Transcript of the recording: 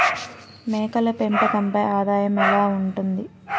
మేకల పెంపకంపై ఆదాయం ఎలా ఉంటుంది?